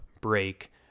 break